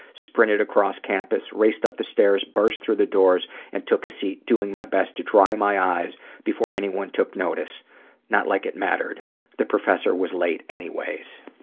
sprinted across campus, raced up the stairs, burst through the doors and took a seat, doing my best to dry my eyes before anyone noticed. not like it mattered the professor was late anyways.